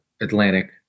Atlantic